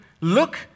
look